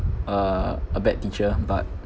uh a bad teacher but